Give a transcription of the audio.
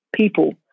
people